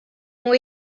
ont